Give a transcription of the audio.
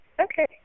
okay